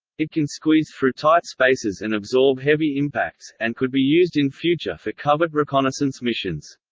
it can squeeze through tight spaces and absorb heavy impacts, and could be used in future for covert reconnaissance missions.